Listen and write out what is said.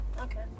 Okay